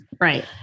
Right